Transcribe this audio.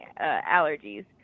allergies